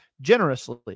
generously